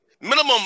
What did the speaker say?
Minimum